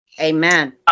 amen